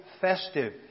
festive